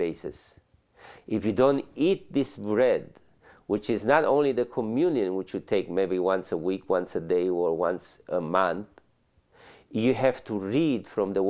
basis if you don't eat this bread which is not only the communion which we take maybe once a week once a day or once a month you have to read from the